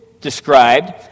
described